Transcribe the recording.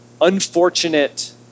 unfortunate